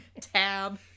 Tab